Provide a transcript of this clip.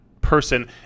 person